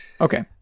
okay